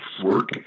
work